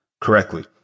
correctly